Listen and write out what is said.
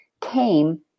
came